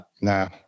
No